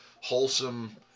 wholesome